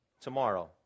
tomorrow